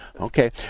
Okay